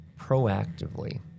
proactively